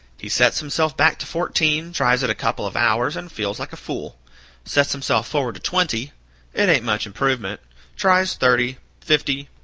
he sets himself back to fourteen tries it a couple of hours, and feels like a fool sets himself forward to twenty it ain't much improvement tries thirty, fifty,